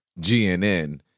GNN